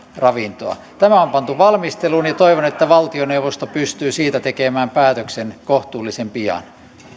ravintoa tämä on pantu valmisteluun ja toivon että valtioneuvosto pystyy siitä tekemään päätöksen kohtuullisen pian